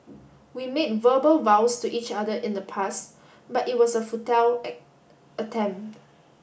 we made verbal vows to each other in the past but it was a futile attempt